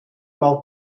mal